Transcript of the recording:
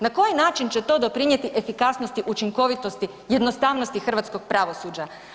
Na koji način će to doprinijeti efikasnosti, učinkovitosti, jednostavnosti hrvatskog pravosuđa?